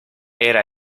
era